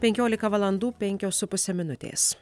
penkiolika valandų penkios su puse minutės